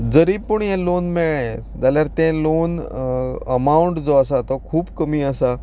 जरी पूण हे लोन मेळ्ळे जाल्यार ते लोन अमाउंट जो आसा तो खूब कमी आसा